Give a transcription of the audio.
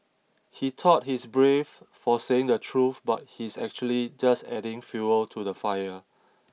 he thought he's brave for saying the truth but he's actually just adding fuel to the fire